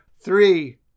three